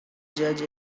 judge